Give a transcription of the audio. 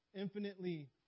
infinitely